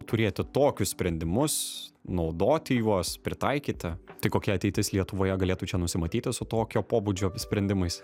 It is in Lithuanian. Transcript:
turėti tokius sprendimus naudoti juos pritaikyti tai kokia ateitis lietuvoje galėtų čia nusimatyti su tokio pobūdžio sprendimais